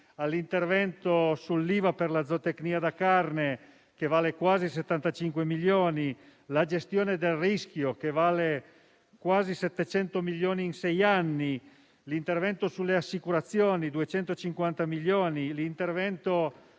l'intervento sull'IVA per la zootecnia da carne, che vale quasi 75 milioni; la gestione del rischio, che vale quasi 700 milioni in sei anni; l'intervento sulle assicurazioni, che ammonta a 250 milioni; l'intervento